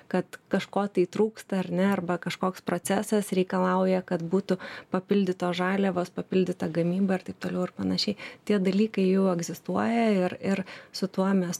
kad kažko tai trūksta ar ne arba kažkoks procesas reikalauja kad būtų papildytos žaliavos papildyta gamyba ir taip toliau ir panašiai tie dalykai jau egzistuoja ir ir su tuo mes